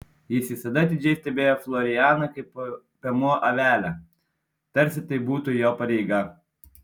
jis visada atidžiai stebėjo florianą kaip piemuo avelę tarsi tai būtų jo pareiga